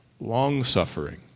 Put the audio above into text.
Long-suffering